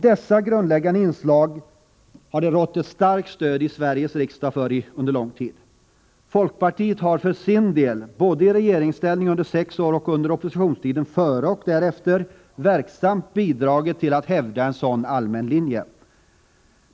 Dessa grundläggande inslag i arbetsmarknadspolitiken har under mycket lång tid haft ett stort stöd i Sveriges riksdag. Folkpartiet har för sin del — både under sex år i regeringsställning och under oppositionstiden före och efter regeringsinnehavet — verksamt bidragit till att hävda en sådan allmän linje.